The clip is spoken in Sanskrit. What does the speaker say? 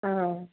आम्